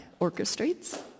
orchestrates